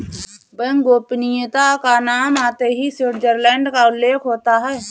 bank गोपनीयता का नाम आते ही स्विटजरलैण्ड का उल्लेख होता हैं